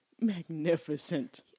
magnificent